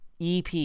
ep